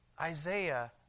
Isaiah